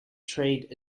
trade